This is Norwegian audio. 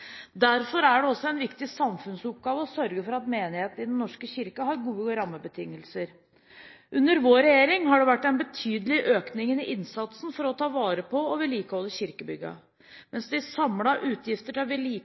Derfor er det også en viktig samfunnsoppgave å sørge for at menighetene i Den norske kirke har gode rammebetingelser. Under vår regjering har det vært en betydelig økning i innsatsen for å ta vare på og vedlikeholde kirkebyggene. Mens de samlede utgiftene til